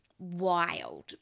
Wild